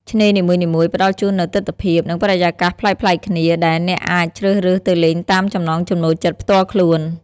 ឆ្នេរនីមួយៗផ្តល់ជូននូវទិដ្ឋភាព និងបរិយាកាសប្លែកៗគ្នា ដែលអ្នកអាចជ្រើសរើសទៅលេងតាមចំណង់ចំណូលចិត្តផ្ទាល់ខ្លួន។